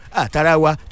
atarawa